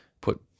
put